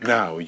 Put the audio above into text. Now